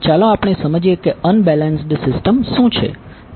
ચાલો આપણે સમજીએ કે અનબેલેન્સ્ડ સિસ્ટમ શું છે